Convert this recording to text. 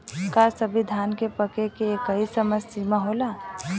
का सभी धान के पके के एकही समय सीमा होला?